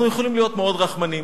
אנחנו יכולים להיות מאוד רחמנים.